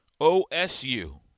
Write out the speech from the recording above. OSU